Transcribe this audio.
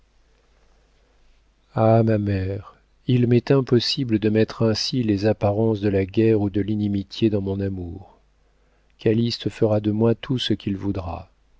ah ma mère il m'est impossible de mettre ainsi les apparences de la guerre ou de l'inimitié dans mon amour calyste fera de moi tout ce qu'il voudra